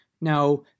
Now